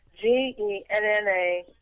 G-E-N-N-A